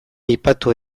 aipatu